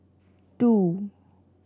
two